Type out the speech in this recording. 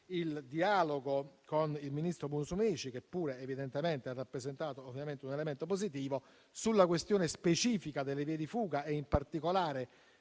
il dialogo con il ministro Musumeci, che pure evidentemente ha rappresentato un elemento positivo, sulla questione specifica delle vie di fuga e in particolare